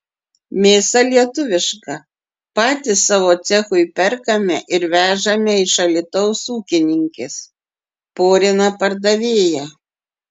mėsa lietuviška patys savo cechui perkame ir vežame iš alytaus ūkininkės porina pardavėja